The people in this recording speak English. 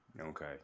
Okay